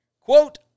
Quote